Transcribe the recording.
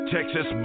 Texas